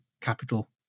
capital